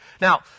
Now